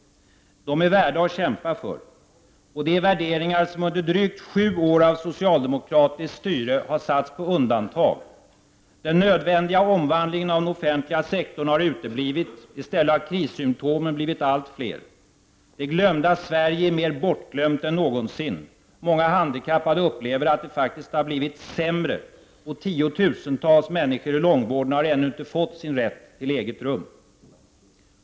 De är värda att kämpa för. Och det är värderingar som under drygt sju år av socialdemokratiskt styre har satts på undantag: Den nödvändiga omvandlingen av den offentliga sektorn har uteblivit, i stället har krissymptomen blivit allt fler. Det glömda Sverige är mer bortglömt än någosin, många handikappade upplever att det faktiskt har blivit sämre, och tiotusentals människor i långvården har ännu inte fått rätt till eget rum.